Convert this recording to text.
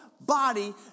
body